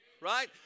right